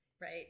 right